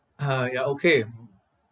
ha ya okay